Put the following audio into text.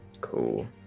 Cool